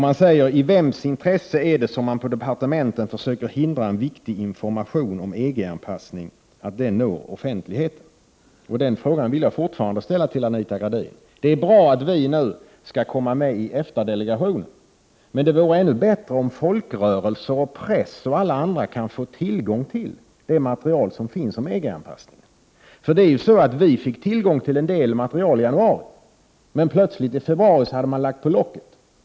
Man frågar: I vems intresse är det som man på departementen försöker hindra att viktig information om EG-anpassningen når offentligheten? Den frågan ställer jag också nu till Anita Gradin. Det är bra att vi nu skall komma med i EFTA-delegationen. Men det vore ännu bättre om folkrörelser, press och alla andra kunde få tillgång till det material som finns om EG-anpassningen. Vi fick tillgång till en del material i januari. Men i februari hade man plötsligt lagt på locket.